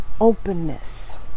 Openness